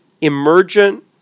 emergent